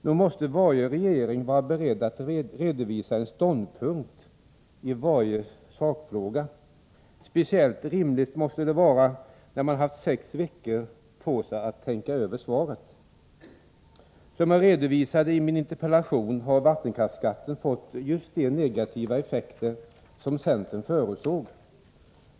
Nog måste varje regering vara beredd att redovisa en ståndpunkt i varje sakfråga. Speciellt rimligt måste detta vara när man haft sex veckor på sig att tänka över svaret. Som jag redovisade i min interpellation har vattenkraftsskatten fått just de negativa effekter som centern förutsåg.